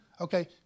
okay